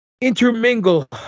Intermingle